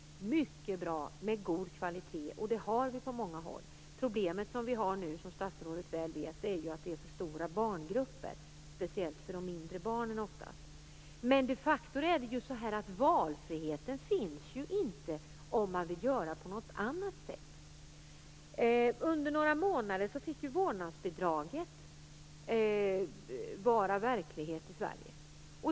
Den skall vara mycket bra och av god kvalitet, och det är den på många håll. Problemet är nu, som statsrådet väl vet, att det är för stora barngrupper, speciellt grupperna för de mindre barnen oftast. Men de facto finns ju inte valfriheten om man vill göra på något annat sätt. Under några månader tilläts ju vårdnadsbidraget att vara verklighet i Sverige.